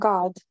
God